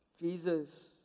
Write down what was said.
Jesus